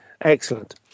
Excellent